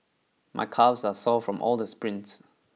my calves are sore from all the sprints